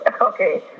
Okay